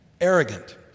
arrogant